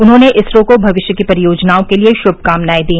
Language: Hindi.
उन्होंने इसरो को भविष्य की परियोजनाओं के लिए श्भकामनाएं दी